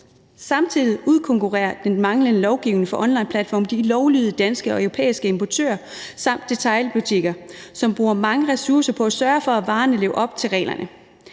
Samtidig udkonkurrerer den manglende lovgivning fra onlineplatforme de lovlydige danske og europæiske importører samt detailbutikker, som bruger mange ressourcer på at sørge for, at varerne lever op til reglerne.